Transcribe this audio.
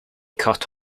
cut